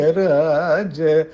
raja